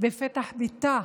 בפתח ביתה